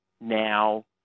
now